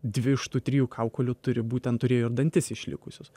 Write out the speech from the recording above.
dvi iš tų trijų kaukolių turi būtent turėjo ir dantis išlikusius